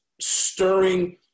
stirring